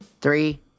Three